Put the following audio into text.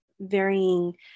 varying